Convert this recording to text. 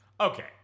okay